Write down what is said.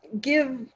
give